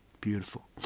Beautiful